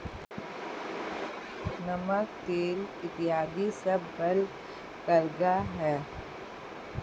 नमक, तेल इत्यादी सब बल्क कार्गो हैं